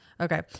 Okay